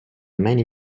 many